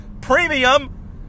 premium